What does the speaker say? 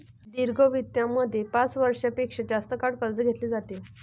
दीर्घ वित्तामध्ये पाच वर्षां पेक्षा जास्त काळ कर्ज घेतले जाते